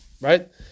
right